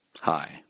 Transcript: Hi